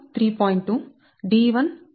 2 d1 2